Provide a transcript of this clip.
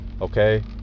okay